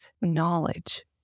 knowledge